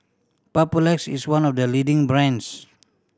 papulex is one of the leading brands